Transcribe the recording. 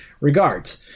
regards